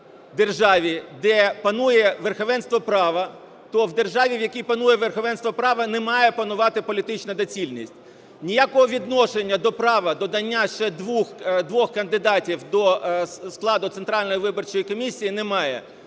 державі, де панує верховенство права, то в державі, в якій панує верховенство права, не має панувати політична доцільність. Ніякого відношення до права додання ще двох кандидатів до складу Центральної виборчої комісії немає.